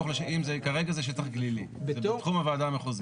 כרגע זה שטח גלילי בתחום הוועדה המחוזית.